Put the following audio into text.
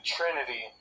Trinity